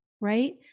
Right